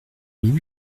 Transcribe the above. mille